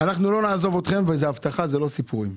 אנחנו לא נעזוב אתכם וזאת הבטחה ולא סיפורים.